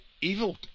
evil